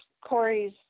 Corey's